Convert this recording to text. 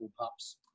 Pups